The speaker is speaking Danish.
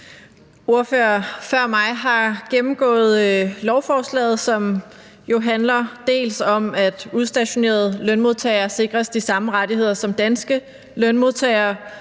Ordførerne før mig har gennemgået lovforslaget, som jo dels handler om, at udstationerede lønmodtagere sikres de samme rettigheder som danske lønmodtagere